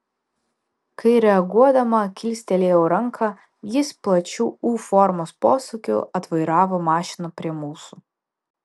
kai reaguodama kilstelėjau ranką jis plačiu u formos posūkiu atvairavo mašiną prie mūsų